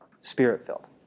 spirit-filled